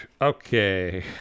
okay